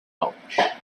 pouch